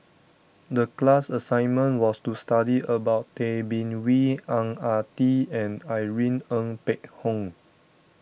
the class assignment was to study about Tay Bin Wee Ang Ah Tee and Irene Ng Phek Hoong